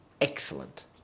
excellent